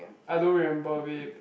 I don't remember babe